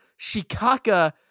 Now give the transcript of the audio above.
Shikaka